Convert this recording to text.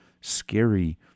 scary